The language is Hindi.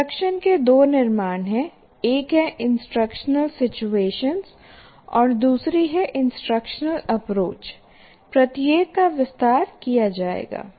इंस्ट्रक्शन के दो निर्माण हैं एक है इंस्ट्रक्शनल सिचुएशन और दूसरी है इंस्ट्रक्शनल अप्रोच प्रत्येक का विस्तार किया जाएगा